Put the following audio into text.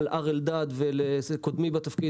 על הר אלדד וקודמי בתפקיד,